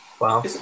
wow